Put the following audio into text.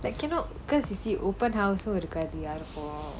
that cannot because you see open house um இருக்காது யாருக்கும்irukkaathu yaarukkum